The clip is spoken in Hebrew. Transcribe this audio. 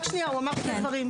רק שנייה, הוא אמר שני דברים.